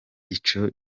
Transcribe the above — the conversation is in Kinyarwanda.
ico